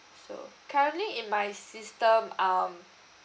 so currently in my system um